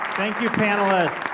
thank you, panelists.